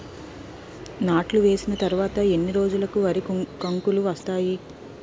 నాట్లు వేసిన తర్వాత ఎన్ని రోజులకు వరి కంకులు వస్తాయి?